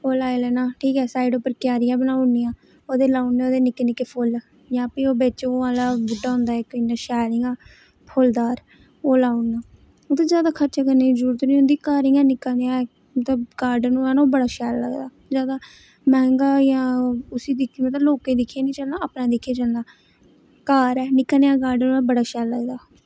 ओह् लाई लैना ठीक ऐ साइड उप्पर क्यारियां बनाई ओड़नियां ओहदे पर लाई ओड़ने निक्के निक्के फुल्ल जां बिच इक बूह्टा होंदा ऐ शैल इयां फुल्लदार ओह् लाई ओड़नाओहदे च जादै खर्चा करने दी जरूरत नेईं होंदी घर इ'यां निक्का नेहा गार्डन बनाना शैल लगदा जादा मैंह्गा जां लोकें ई दिक्खियै निं चलना अपना दिक्खियै चलना घर ऐ निक्का नेहा गार्डन होऐ ना बड़ा शैल लगदा